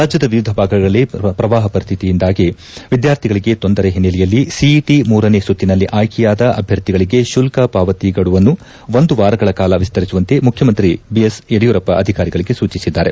ರಾಜ್ಯದ ವಿವಿಧ ಭಾಗಗಳಲ್ಲಿ ಪ್ರವಾಹ ಪರಿಸ್ಥಿತಿಯಿಂದ ವಿದ್ಯಾರ್ಥಿಗಳಿಗೆ ತೊಂದರೆ ಹಿನ್ನೆಲೆಯಲ್ಲಿ ಸಿಇಟಿ ಮೂರನೇ ಸುತ್ತಿನಲ್ಲಿ ಆಯ್ಲೆಯಾದ ಅಭ್ಯರ್ಥಿಗಳಿಗೆ ಶುಲ್ಕ ಪಾವತಿ ಗಡುವನ್ನು ಒಂದು ವಾರಗಳ ಕಾಲ ವಿಸ್ತರಿಸುವಂತೆ ಮುಖ್ಯಮಂತ್ರಿ ಬಿಎಸ್ ಯಡಿಯೂರಪ್ಪ ಅಧಿಕಾರಿಗಳಿಗೆ ಸೂಚಿಸಿದ್ದಾರೆ